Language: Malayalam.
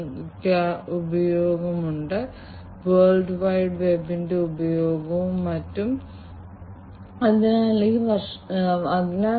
അതിനാൽ ഇത് അയച്ചയാളാണെന്ന് നിങ്ങൾക്ക് കാണാൻ കഴിയും ഇത് ചില വാതകങ്ങൾ കണ്ടെത്തിയിട്ടുണ്ടെന്നും ഇത് റിസീവർ ആണെന്നും കാണിക്കുന്നു അത് ആ മൂല്യങ്ങളും സ്വീകരിക്കുന്നു